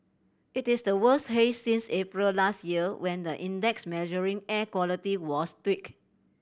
it is the worst haze since April last year when the index measuring air quality was tweaked